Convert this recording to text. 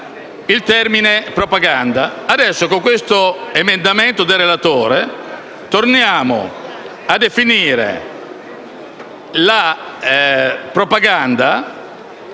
il termine «propaganda».